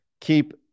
keep